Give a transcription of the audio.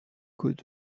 could